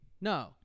No